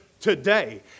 today